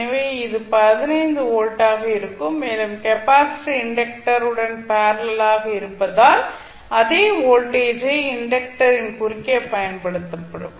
எனவே இது 15 வோல்ட்டாக இருக்கும் மேலும் கெப்பாசிட்டர் இண்டக்டர் உடன் பேரலல் ஆக இருப்பதால் அதே வோல்டேஜ் இண்டக்டரின் குறுக்கே பயன்படுத்தப்படும்